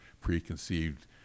preconceived